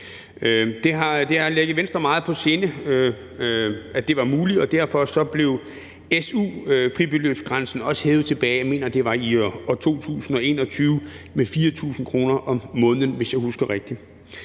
Det har ligget Venstre meget på sinde, at det var muligt, og derfor blev su-fribeløbsgrænsen hævet tilbage i 2021, mener jeg det var, med 4.000 kr. om måneden, hvis jeg husker rigtigt.